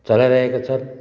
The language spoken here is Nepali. चलाइरहेका छ